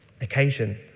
occasion